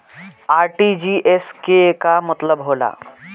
RTGS के का मतलब होला?